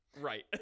right